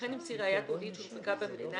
וכן המציא ראיה תיעודית שהונפקה במדינה